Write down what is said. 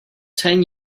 ten